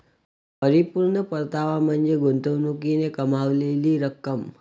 परिपूर्ण परतावा म्हणजे गुंतवणुकीने कमावलेली रक्कम